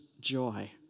joy